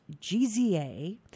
GZA